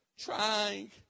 Trying